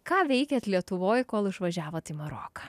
ką veikėt lietuvoje kol išvažiavot į maroką